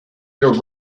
your